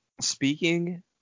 Speaking